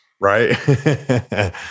right